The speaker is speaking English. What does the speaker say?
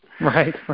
right